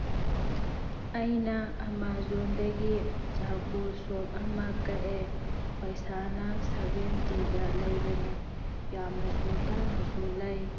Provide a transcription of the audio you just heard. ꯑꯩꯅ ꯑꯥꯃꯥꯖꯣꯟꯗꯒꯤ charcoal soap ꯑꯃ ꯀꯛꯑꯦ ꯄꯩꯁꯥꯅ ꯁꯦꯕꯦꯟꯇꯤꯗ ꯂꯩꯕꯅꯦ ꯌꯥꯝꯅꯁꯨ ꯇꯥꯡꯅꯁꯨ ꯂꯩ